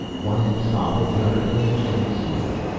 one end solid, the other hinged and sealed.